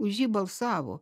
už jį balsavo